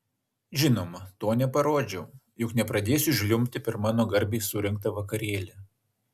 žinoma to neparodžiau juk nepradėsiu žliumbti per mano garbei surengtą vakarėlį